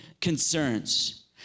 concerns